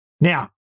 Now